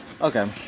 okay